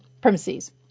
premises